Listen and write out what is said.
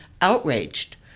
outraged